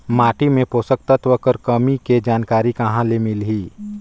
माटी मे पोषक तत्व कर कमी के जानकारी कहां ले मिलही?